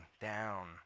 down